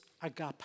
agape